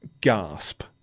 gasp